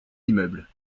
immeubles